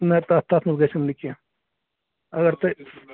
نہَ تتھ تَتھ منٛز گژھٮ۪و نہٕ کیٚنٛہہ اَگر تُہۍ